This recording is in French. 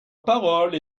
parole